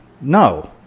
No